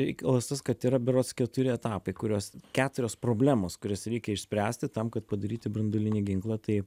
reikalas tas kad yra berods keturi etapai kuriuos keturios problemos kurias reikia išspręsti tam kad padaryti branduolinį ginklą tai